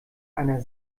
einer